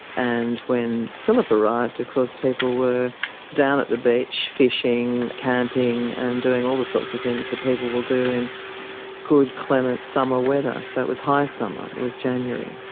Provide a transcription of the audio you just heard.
and when phillip arrived of course people were down at the beach fishing, camping and doing all the sorts of things that people will do in good clement summer weather, so it was high summer, it was january.